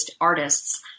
artists